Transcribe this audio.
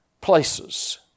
Places